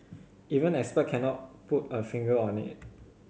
even expert cannot put a finger on it